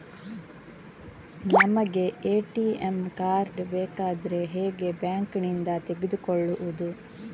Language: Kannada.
ನಮಗೆ ಎ.ಟಿ.ಎಂ ಕಾರ್ಡ್ ಬೇಕಾದ್ರೆ ಹೇಗೆ ಬ್ಯಾಂಕ್ ನಿಂದ ತೆಗೆದುಕೊಳ್ಳುವುದು?